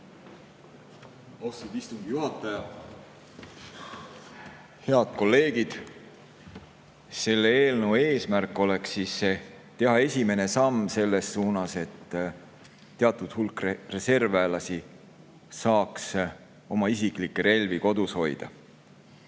Austatud istungi juhataja! Head kolleegid! Selle eelnõu eesmärk on teha esimene samm selles suunas, et teatud hulk reservväelasi saaks isiklikke relvi kodus hoida.